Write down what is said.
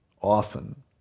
often